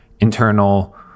internal